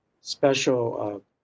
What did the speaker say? special